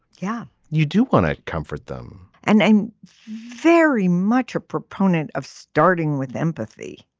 yeah you do want to comfort them and i'm very much a proponent of starting with empathy.